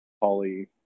poly